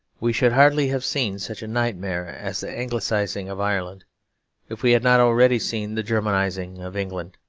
we should hardly have seen such a nightmare as the anglicising of ireland if we had not already seen the germanising of england.